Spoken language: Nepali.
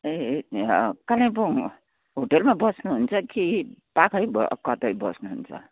ए अँ कालिम्पोङ होटेलमा बस्नुहुन्छ कि पाखै कतै बस्नुहुन्छ